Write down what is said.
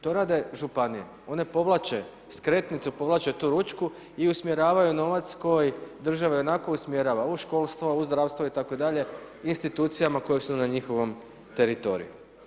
To rade županije, one povlače skretnicu, povlače tu ručku i usmjeravaju novac koji država ionako usmjerava u školstvo, u zdravstvo itd., institucijama koje su na njihovom teritoriju.